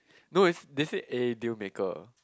no is they say eh deal maker